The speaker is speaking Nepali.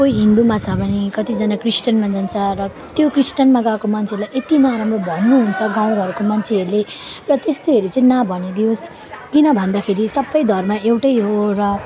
कोही हिन्दूमा छ भने कतिजना क्रिस्चियनमा जान्छ र त्यो क्रिस्चियनमा गएको मान्छेलाई यति नराम्रो भन्नुहुन्छ गाउँघरको मान्छेहरूले र त्यस्तोहरू चाहिँ नभनिदियोस् किन भन्दाखेरि सबै धर्म एउटै हो र